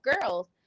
girls